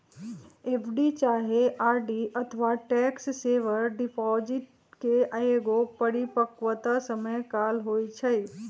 FD चाहे RD अथवा tax saver deposit के एगो परिपक्वता समय काल होइ छइ